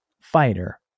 fighter